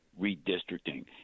redistricting